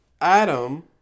Adam